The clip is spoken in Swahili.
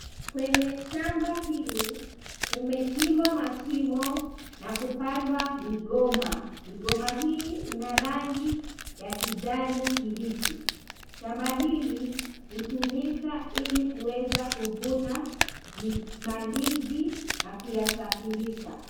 Kwenye shamba, hili kumechimbwa mashimo na kupandwa migomba. Migomba hii ina rangi ya kijani kibichi. Shamba hili hutumika ili kuweza kuvuna mandizi na kuyasafirisha.